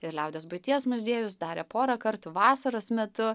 ir liaudies buities muziejus darė porą kartų vasaros metu